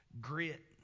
grit